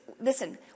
listen